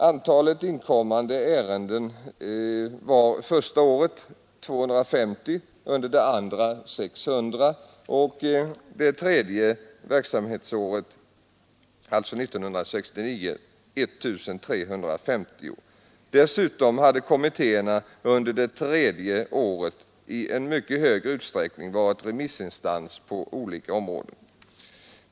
Antalet inkommande ärenden var första året 250, andra året 600 och tredje året, alltså 1969, 1 350. Dessutom hade kommittéerna under det tredje året i större utsträckning varit remissinstans på olika områden.